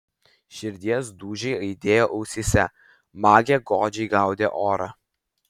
širdies dūžiai aidėjo ausyse magė godžiai gaudė orą